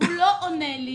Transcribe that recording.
לא עונה לי,